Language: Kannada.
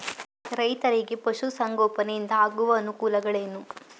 ರೈತರಿಗೆ ಪಶು ಸಂಗೋಪನೆಯಿಂದ ಆಗುವ ಅನುಕೂಲಗಳೇನು?